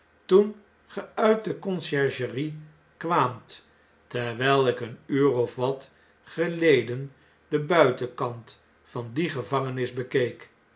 toen ge nit de conciergerie kwaamt terwyi ik een uur of wat geleden den buitenkant van die gevangenis bekeek